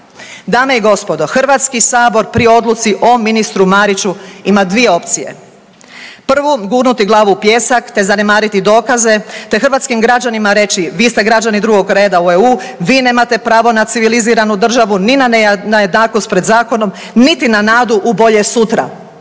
Dame i gospodo, Hrvatski sabor pri odluci o ministru Mariću ima dvije opcije. Prvu, gurnuti glavu u pijesak te zanemariti dokaze te hrvatskim građanima reći vi ste građani drugog reda u EU, vi nemate pravo na civiliziranu državu, ni na jednakost pred zakonom, niti na nadu u bolje sutra.